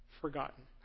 forgotten